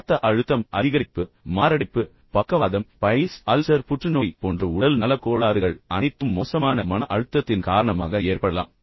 இரத்த அழுத்தம் அதிகரிப்பு மாரடைப்பு பக்கவாதம் பைல்ஸ் அல்சர் புற்றுநோய் போன்ற உடல் நலக் கோளாறுகள் அனைத்தும் மோசமான மன அழுத்தத்தின் காரணமாக ஏற்படலாம்